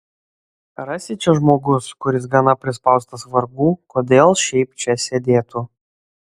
rasi čia žmogus kuris gana prispaustas vargų kodėl šiaip čia sėdėtų